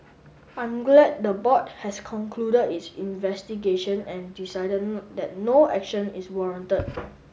I'm glad the board has concluded its investigation and decided that no action is warranted